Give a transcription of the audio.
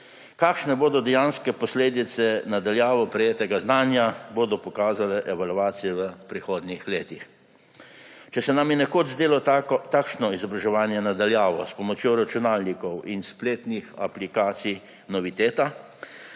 Kakšne bodo dejanske posledice na daljavo prejetega znanja, bodo pokazale evalvacije v prihodnjih letih. Če se nam je nekoč zdelo takšno izobraževanje na daljavo s pomočjo računalnikov in spletnih aplikacij noviteta,